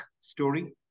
story